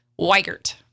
Weigert